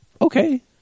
okay